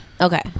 Okay